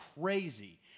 crazy